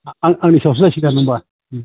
आंनि सायावसो जासिगोन होनबा